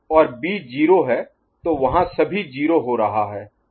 और बी 0 है तो वहां सभी 0 हो रहा है